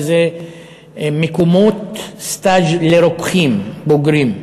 וזה מקומות סטאז' לרוקחים בוגרים.